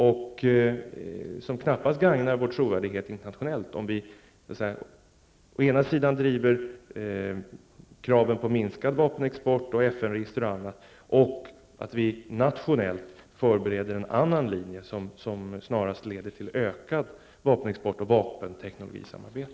Det gagnar knappast vår trovärdighet internationellt om vi å ena sidan driver krav på minskad vapenexport och på FN-register osv., och å andra sidan nationellt förbereder en annan linje som snarast leder till ökad vapenexport och vapenteknologisamarbete.